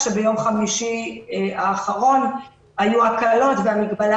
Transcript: כשביום חמישי האחרון היו הקלות והמגבלה